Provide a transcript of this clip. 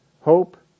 hope